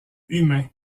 humain